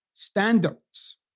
standards